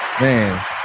Man